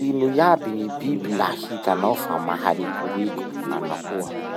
Ino iaby gny biby la hitanao fa maharikoriko? Fa nahoa?